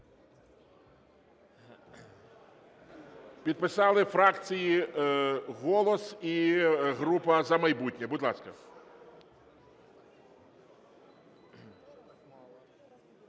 Підписали фракція "Голос" і група "За майбутнє". Будь ласка.